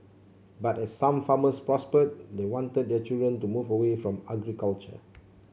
but as some farmers prospered they wanted their children to move away from agriculture